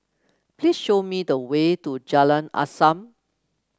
please show me the way to Jalan Azam